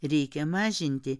reikia mažinti